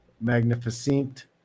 Magnificent